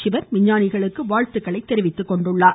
சிவன் விஞ்ஞானிகளுக்கு வாழ்த்துக்களை தெரிவித்துக் கொண்டார்